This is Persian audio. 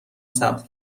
ثبت